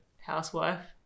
housewife